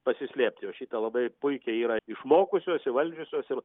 pasislėpti jos šitą labai puikiai yra išmokusios įvaldžiusios ir